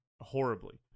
horribly